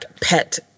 pet